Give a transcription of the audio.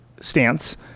stance